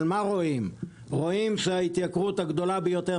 אבל רואים שההתייקרות הגדולה ביותר,